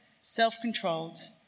self-controlled